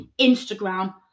Instagram